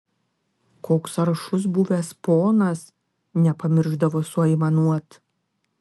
koks aršus buvęs ponas nepamiršdavo suaimanuot